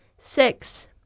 Six